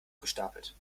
gestapelt